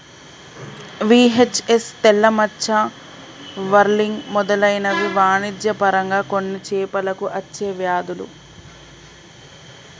VHS, తెల్ల మచ్చ, whirling మెదలైనవి వాణిజ్య పరంగా కొన్ని చేపలకు అచ్చే వ్యాధులు